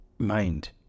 mind